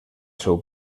seu